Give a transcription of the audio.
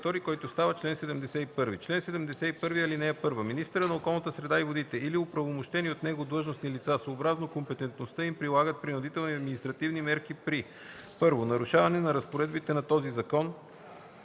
който става чл. 71: „Чл. 71. (1) Министърът на околната среда и водите или оправомощени от него длъжностни лица съобразно компетентността им прилагат принудителни административни мерки при: 1. нарушаване разпоредбите на този закон,